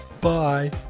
Bye